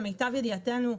למיטב ידיעתנו,